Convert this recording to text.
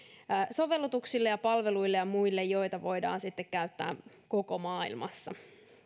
sovellutuksille ja palveluille ja muille joita voidaan sitten käyttää koko maailmassa